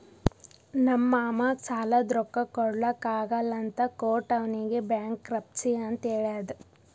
ನಮ್ ಮಾಮಾಗ್ ಸಾಲಾದ್ ರೊಕ್ಕಾ ಕೊಡ್ಲಾಕ್ ಆಗಲ್ಲ ಅಂತ ಕೋರ್ಟ್ ಅವ್ನಿಗ್ ಬ್ಯಾಂಕ್ರಪ್ಸಿ ಅಂತ್ ಹೇಳ್ಯಾದ್